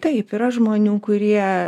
taip yra žmonių kurie